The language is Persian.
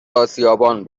آسیابان